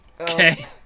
okay